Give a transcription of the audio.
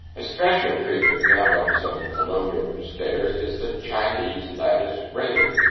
a special treatment found on some colonial stairs is the chinese lattice railing,